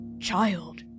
Child